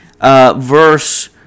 verse